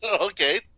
Okay